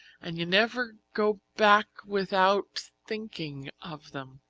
and you never go back without thinking of them.